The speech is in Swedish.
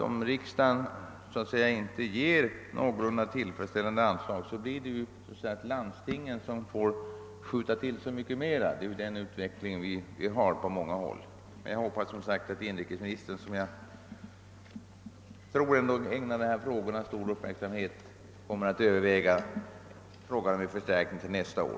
Om riksdagen inte ger någorlunda tillfredställande anslag, blir resultatet bara att landstingen får skjuta till så mycket mer det är den utveckling vi kan iaktta på många håll. Men jag hoppas som sagt att inrikesministern, som jag tror ägnar de här frågorna stor uppmärksamhet, kommer att överväga frågan om en förstärkning till nästa år.